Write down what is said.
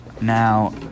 Now